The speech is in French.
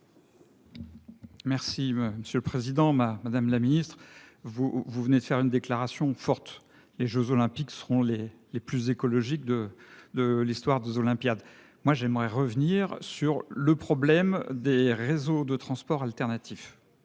Merci monsieur le président, ma Madame la Ministre vous vous venez de faire une déclaration forte, les jeux olympiques seront les les plus écologiques de de l'histoire des Olympiades. Moi j'aimerais revenir sur le problème des réseaux de transport alternatifs.